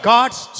God's